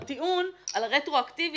הטיעון על הרטרואקטיבי,